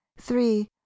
three